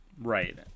Right